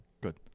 Good